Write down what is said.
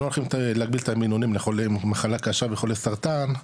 אנחנו לא הולכים להגביל את המינונים לחולים במחלה קשה ולחולי סרטן,